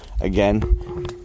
again